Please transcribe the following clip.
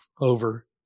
over